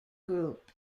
group